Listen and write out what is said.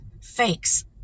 Fakes